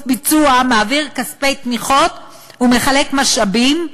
ביצוע מעביר כספי תמיכות ומחלק משאבים,